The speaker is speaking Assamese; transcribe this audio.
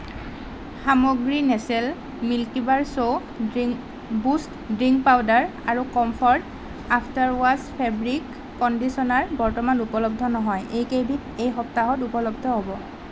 সামগ্ৰী নেচ্লে মিল্কিবাৰ চৌ ড্ৰিংক বুষ্ট ড্ৰিংক পাউডাৰ আৰু Comfort after wash fabric conditioner বৰ্তমান উপলব্ধ নহয় এইকেইবিধ এই সপ্তাহত উপলব্ধ হ'ব